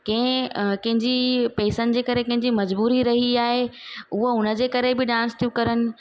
कंहिं अ कंहिंजी पेसनि जे करे कंहिंजी मज़बूरी रही आहे उहे उनजे करे बि डांस थियूं करनि